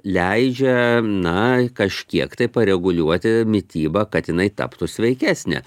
leidžia na kažkiek tai pareguliuoti mitybą kad jinai taptų sveikesnė